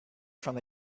from